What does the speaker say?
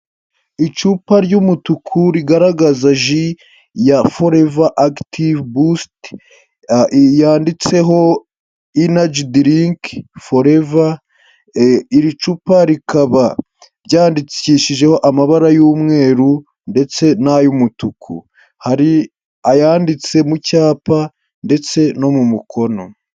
Icupa ry'umutuku rigaragaza ji ya foreva akitivu busiti, yanditseho inajyi dirinki foreva, iri cupa rikaba ryandikishijeho amabara y'umweru, ndetse n'ay'umutuku, hari ayanditse mu cyapa, ndetse no mu mukono.